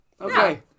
okay